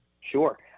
Sure